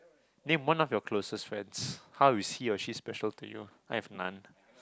name one of your closest friends how is he or she special to you I have none